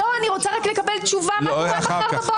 אני רוצה רק לקבל תשובה מה קורה מחר בבוקר,